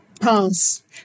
Pass